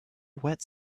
wet